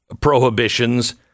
prohibitions